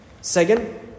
Second